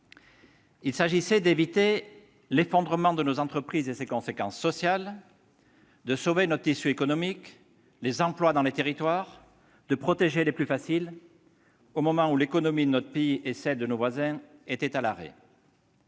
Il s'agissait d'éviter l'effondrement de nos entreprises et ses conséquences sociales, de sauver notre tissu économique, les emplois dans les territoires, de protéger les plus fragiles, au moment où l'économie de notre pays et celle de nos voisins étaient à l'arrêt.